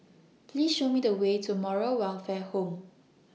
Please Show Me The Way to Moral Welfare Home